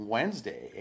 Wednesday